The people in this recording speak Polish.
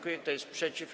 Kto jest przeciw?